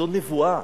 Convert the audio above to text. זו נבואה,